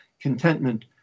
contentment